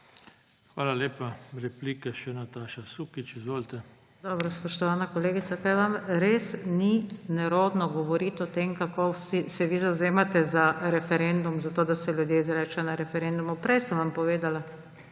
Hvala lepa. Repliko ima še Nataša Sukič. Izvolite. NATAŠA SUKIČ (PS Levica): Dobro, spoštovana kolegica, kaj vam res ni nerodno govoriti o tem, kako se vi zavzemate za referendum, za to, da se ljudje izrečejo na referendumu. Prej sem vam povedala.